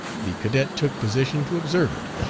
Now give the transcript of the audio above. the cadet took position to observe it.